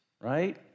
right